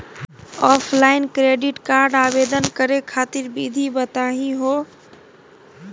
Offline credit card आवेदन करे खातिर विधि बताही हो?